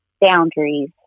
boundaries